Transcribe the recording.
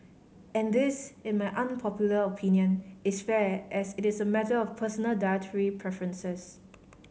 and this in my unpopular opinion is fair as it is a matter of personal dietary preferences